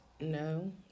No